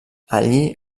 allí